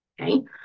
okay